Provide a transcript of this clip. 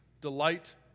delight